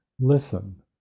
listen